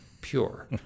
pure